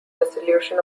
dissolution